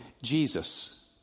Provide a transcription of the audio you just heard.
Jesus